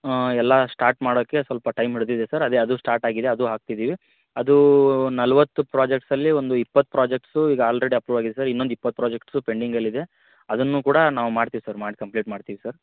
ಎಲ್ಲಾ ಸ್ಟಾರ್ಟ್ ಮಾಡೋಕೆ ಸ್ವಲ್ಪ ಟೈಮ್ ಹಿಡ್ದಿದೆ ಸರ್ ಅದೆ ಅದು ಸ್ಟಾರ್ಟ್ ಆಗಿದೆ ಸರ್ ಅದು ಹಾಕಿದ್ದೀವಿ ಅದೂ ನಲವತ್ತು ಪ್ರಾಜೆಕ್ಟ್ಸಲ್ಲಿ ಒಂದು ಇಪ್ಪತ್ತು ಪ್ರಾಜೆಕ್ಟ್ಸು ಈಗ ಆಲ್ರೆಡಿ ಅಪ್ರೂವ್ ಆಗಿದೆ ಸರ್ ಇನ್ನೊಂದು ಇಪ್ಪತ್ತು ಪ್ರಾಜೆಕ್ಟ್ಸು ಪೆಂಡಿಂಗಲ್ಲಿದೆ ಅದನ್ನು ಕೂಡ ನಾವು ಮಾಡ್ತಿವಿ ಸರ್ ಮಾಡಿ ಕಂಪ್ಲೀಟ್ ಮಾಡ್ತೀವಿ ಸರ್